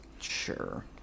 Sure